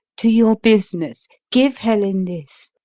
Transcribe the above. to your business give helen this,